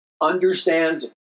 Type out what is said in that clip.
understands